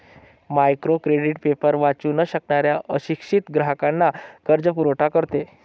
micro credit paper वाचू न शकणाऱ्या अशिक्षित ग्राहकांना कर्जपुरवठा करते